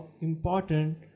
important